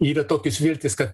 yra tokios viltys kad